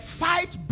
fight